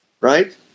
right